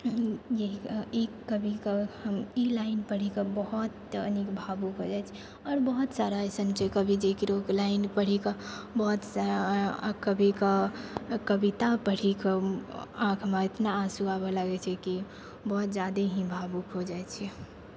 यही ई कविके हम ई लाइन पढ़िके बहुत नीक भावुक हो जाइ छिए आओर बहुत सारा अइसन छै कवि जकरो लाइन पढ़िके बहुत कविके कविता पढ़िके आँखिमे एतना आँसू आबऽ लागै छै कि बहुत ज्यादे ही भावुक हो जाइ छिए हम